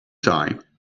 time